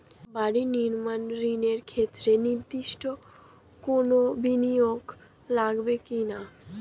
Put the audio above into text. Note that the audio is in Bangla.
বাড়ি নির্মাণ ঋণের ক্ষেত্রে নির্দিষ্ট কোনো বিনিয়োগ লাগবে কি না?